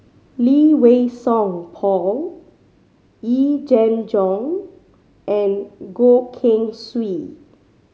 Lee Wei Song Paul Yee Jenn Jong and Goh Keng Swee